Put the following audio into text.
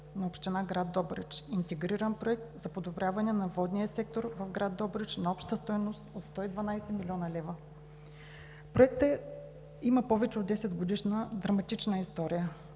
на община Добрич – „Интегриран проект за подобряване на водния сектор в град Добрич“ на обща стойност от 112 млн. лв. Проектът има повече от 10-годишна драматична история.